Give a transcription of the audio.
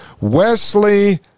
Wesley